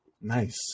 Nice